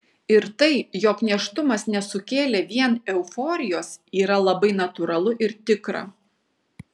ir tai jog nėštumas nesukėlė vien euforijos yra labai natūralu ir tikra